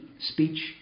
speech